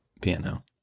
piano